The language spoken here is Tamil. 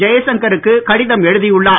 ஜெய்சங்கருக்கு கடிதம் எழுதியுள்ளார்